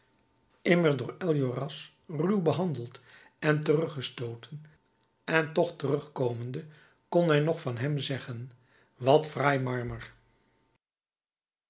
door enjolras ruw behandeld en teruggestooten en toch terugkomende kon hij nog van hem zeggen wat fraai marmer